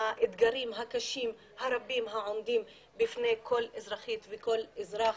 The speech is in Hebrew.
האתגרים הקשים והרבים שעומדים בפני כל אזרחית וכל אזרח,